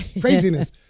Craziness